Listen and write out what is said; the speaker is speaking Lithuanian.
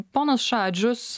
ponas šadžius